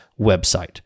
website